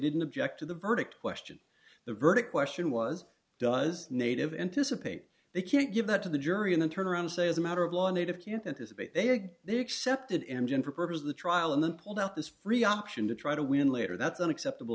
didn't object to the verdict question the verdict question was to was native anticipate they can't give that to the jury and then turn around say as a matter of law a native can't anticipate they had they accepted engine for purpose of the trial and then pulled out this free option to try to win later that's an acceptable